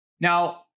Now